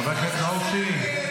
חבר הכנסת נאור שירי.